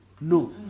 No